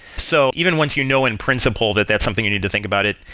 so even once you know in principle that that's something you need to think about it,